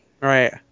right